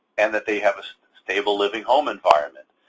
and that they have a stable living home environment.